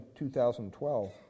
2012